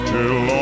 Till